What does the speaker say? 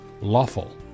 lawful